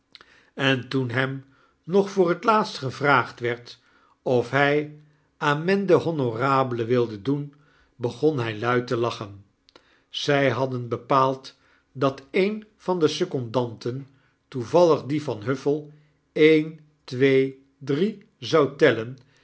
en toen hem nog voor het laatst gevraagd werd of hi amende honorable wilde doen begon hy luid te lachen zy hadden bepaald dat een van de secondanten toevallig die van huffell een twee drie zou tellen